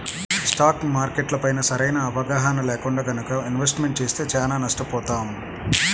stock మార్కెట్లపైన సరైన అవగాహన లేకుండా గనక ఇన్వెస్ట్మెంట్ చేస్తే చానా నష్టపోతాం